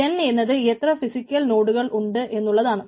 N എന്നത് എത്ര physical നോടുകൾ ഉണ്ട് എന്നുള്ളതാണ്